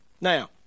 Now